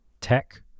tech